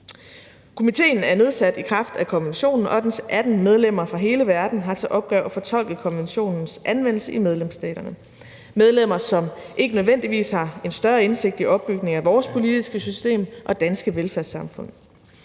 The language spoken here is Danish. Komitéen er nedsat i kraft af konventionen, og dens 18 medlemmer fra hele verden har til opgave at fortolke konventionens anvendelse i medlemsstaterne; medlemmer, som ikke nødvendigvis har en større indsigt i opbygningen af vores politiske system og danske velfærdssamfund.